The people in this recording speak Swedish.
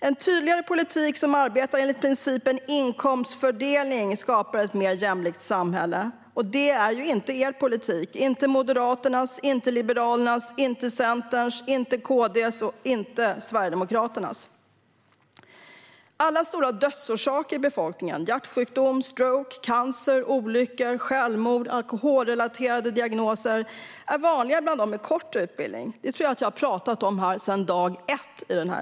En tydligare politik som arbetar enligt principen inkomstfördelning skapar ett mer jämlikt samhälle. Det är inte er politik, inte Moderaternas, inte Liberalernas, inte Centerns, inte KD:s och inte Sverigedemokraternas. Alla stora dödsorsaker i befolkningen - hjärtsjukdom, stroke, cancer, olyckor, självmord och alkoholrelaterade diagnoser - är vanligare bland dem med kort utbildning. Det tror jag att jag har talat om sedan dag ett här i plenisalen.